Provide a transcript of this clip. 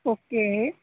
car